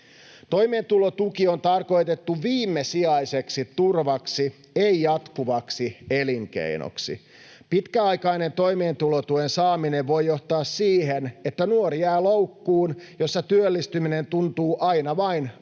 Toimeentulotuki on tarkoitettu viimesijaiseksi turvaksi, ei jatkuvaksi elinkeinoksi. Pitkäaikainen toimeentulotuen saaminen voi johtaa siihen, että nuori jää loukkuun, jossa työllistyminen tuntuu aina vain vaikeammalta.